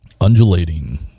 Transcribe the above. undulating